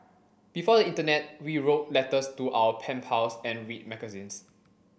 before the internet we wrote letters to our pen pals and read magazines